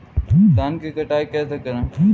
धान की कटाई कैसे करें?